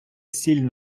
сіль